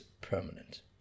permanent